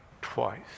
twice